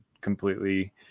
completely